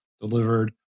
delivered